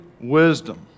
wisdom